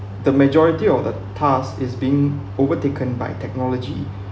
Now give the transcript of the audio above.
the majority of a task is being overtaken by technology